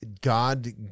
God